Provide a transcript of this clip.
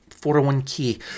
401k